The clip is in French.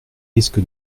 risque